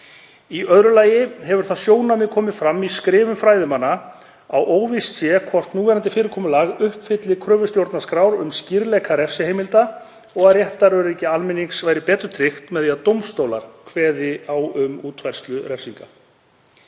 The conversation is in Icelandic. Í öðru lagi hefur það sjónarmið komið fram í skrifum fræðimanna að óvíst sé hvort núverandi fyrirkomulag uppfylli kröfur stjórnarskrár um skýrleika refsiheimilda og að réttaröryggi almennings væri betur tryggt með því að dómstólar kveði á um útfærslu refsinga.